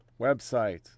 website